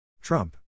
Trump